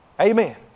Amen